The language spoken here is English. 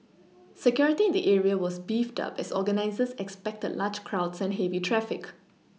security in the area was beefed up as organisers expected large crowds and heavy traffic